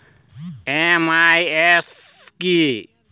MIS কি?